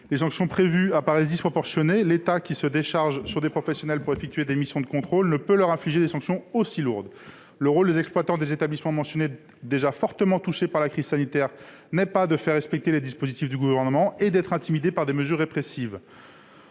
Les sanctions prévues apparaissent disproportionnées. L'État, qui se décharge sur des professionnels pour effectuer des missions de contrôle, ne peut leur infliger des sanctions aussi lourdes. Le rôle des exploitants des établissements mentionnés, qui sont déjà fortement touchés par la crise sanitaire, n'est pas de faire respecter les dispositifs du Gouvernement. On ne doit pas les intimider par des mesures répressives.